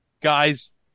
guys